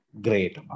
great